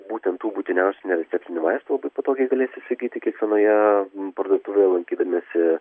būtent tų būtiniausių nereceptinių vaistų patogiai galės įsigyti kiekvienoje parduotuvėje lankydamiesi